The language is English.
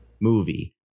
movie